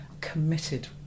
committed